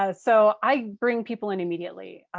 ah so i bring people in immediately.